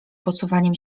posuwaniem